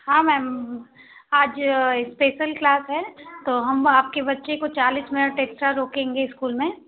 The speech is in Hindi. हाँ मेम आज स्पेशल क्लास है तो हम आपके बच्चे को चालीस मिनट एक्स्ट्रा रोकेंगे स्कूल में